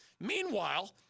Meanwhile